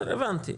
הבנתי.